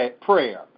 prayer